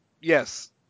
Yes